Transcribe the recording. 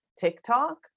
TikTok